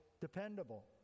dependable